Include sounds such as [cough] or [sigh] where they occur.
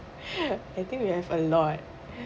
[breath] I think we have a lot